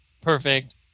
perfect